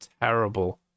terrible